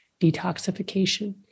detoxification